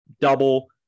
double